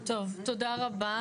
תודה רבה.